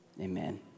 Amen